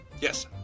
yes